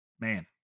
Man